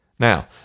Now